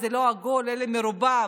זה לא עגול אלא מרובע,